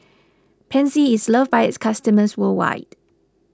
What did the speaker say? Pansy is loved by its customers worldwide